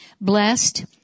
blessed